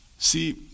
See